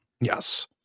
Yes